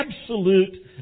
absolute